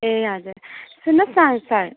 ए हजुर सुन्नुहोस् न सर